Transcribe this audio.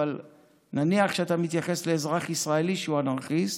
ונניח שאתה מתייחס לאזרח ישראלי שהוא אנרכיסט,